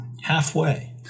Halfway